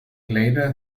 later